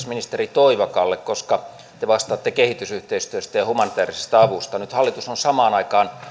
ministeri toivakalle koska te vastaatte kehitysyhteistyöstä ja ja humanitäärisestä avusta nyt hallitus on samaan aikaan